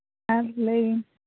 ᱟᱨ ᱞᱟᱹᱭᱟᱹᱧ